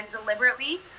deliberately